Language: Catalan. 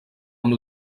amb